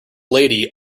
lady